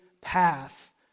path